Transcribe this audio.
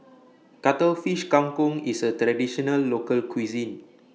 Cuttlefish Kang Kong IS A Traditional Local Cuisine